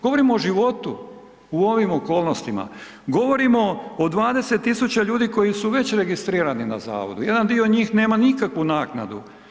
Govorimo o životu u ovim okolnostima, govorimo o 20 000 ljudi koji su već registrirani na zavodu, jedan dio njih nema nikakvu naknadu.